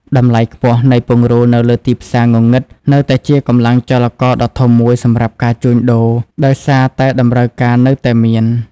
តម្លៃខ្ពស់ នៃពង្រូលនៅលើទីផ្សារងងឹតនៅតែជាកម្លាំងចលករដ៏ធំមួយសម្រាប់ការជួញដូរ ដោយសារតែតម្រូវការនៅតែមាន។